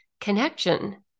connection